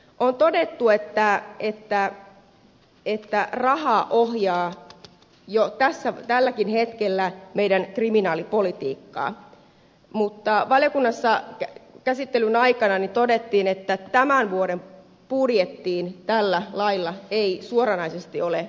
on todettu että raha ohjaa jo tälläkin hetkellä meidän kriminaalipolitiikkaamme mutta valiokunnassa käsittelyn aikana todettiin että tämän vuoden budjettiin tällä lailla ei suoranaisesti ole vaikutuksia